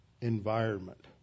environment